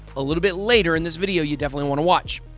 a little bit later in this video, you definitely want to watch.